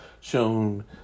shown